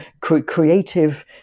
creative